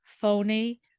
phony